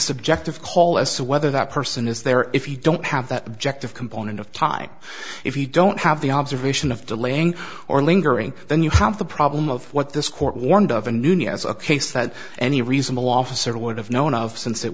subjective call as to whether that person is there if you don't have that ject of component of time if you don't have the observation of delaying or lingering then you have the problem of what this court warned of a new nie as a case that any reasonable officer would have known of since it